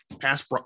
pass